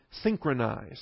synchronize